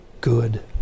good